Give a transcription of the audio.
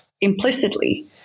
implicitly